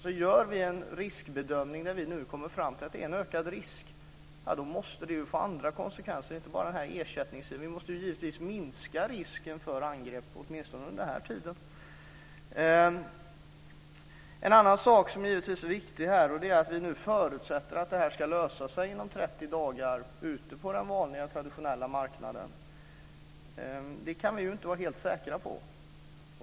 Om det sker en bedömning att det är en ökad risk, måste detta få andra konsekvenser. Det gäller inte bara ersättning. Vi måste givetvis minska risken för angrepp, åtminstone under denna tid. En annan sak som är viktig här är att vi förutsätter att detta ska lösas inom 30 dagar ute på den vanliga traditionella marknaden. Det kan vi ju inte vara helt säkra på.